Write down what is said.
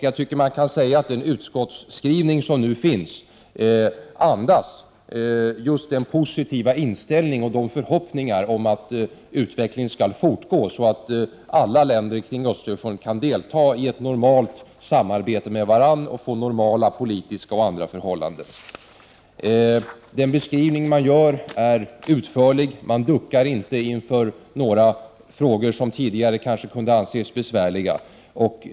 Jag tycker att man kan säga att den utskottsskrivning som nu finns andas just av denna positiva inställning och förhoppningar om att utvecklingen skall fortgå, så att alla länder kring Östersjön kan delta i ett normalt samarbete med varandra och få normala politiska och andra förhållanden. Den beskrivning som nu görs är utförlig. Man duckar inte inför några frågor som tidigare kanske kunde anses besvärliga.